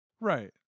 Right